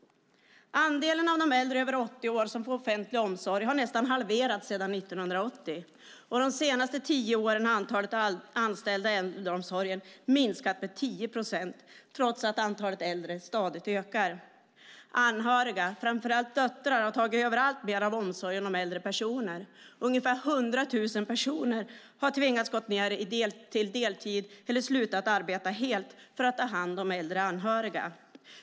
Andelen av de äldre över 80 år som får offentlig omsorg har nästan halverats sedan 1980, och de senaste tio åren har antalet anställda i äldreomsorgen minskat med 10 procent, trots att antalet äldre stadigt ökar. Anhöriga, framför allt döttrar, har tagit över allt mer av omsorgen om äldre personer. Ungefär 100 000 personer har tvingats gå ned till deltid eller sluta arbeta helt för att ta hand om äldre anhöriga.